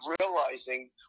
realizing